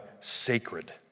sacred